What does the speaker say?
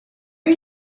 are